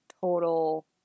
total